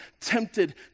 tempted